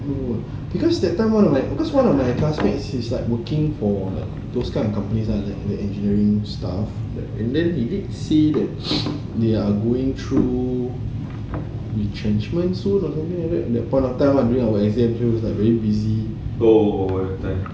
because that time one of like because one of my classmates he's like working for those kind of companies kan the engineering stuff and then he didn't see that they are going through retrenchment soon or something like that at that point of time during our exam so like very busy